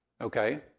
Okay